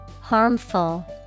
Harmful